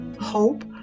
hope